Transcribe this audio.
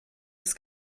das